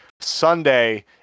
Sunday